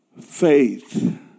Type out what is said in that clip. Faith